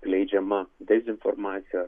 skleidžiama dezinformacija